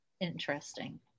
interesting